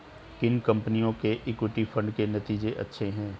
किन कंपनियों के इक्विटी फंड के नतीजे अच्छे हैं?